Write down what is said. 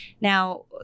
Now